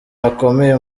bakomeye